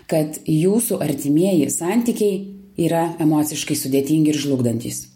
kad jūsų artimieji santykiai yra emociškai sudėtingi ir žlugdantys